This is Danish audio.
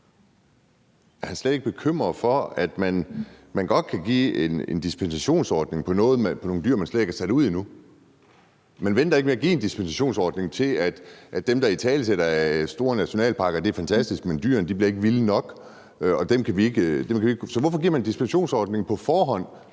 slet ikke bekymret for, at man godt kan give en dispensationsordning for nogle dyr, man slet ikke har sat ud endnu? Man venter ikke med at give en dispensationsordning til dem, der italesætter, at store naturnationalparker er fantastiske, men at dyrene ikke bliver vilde nok. Så hvorfor laver man en dispensationsordning på forhånd,